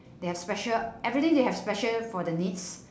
they have special everything they have special for the needs